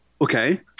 Okay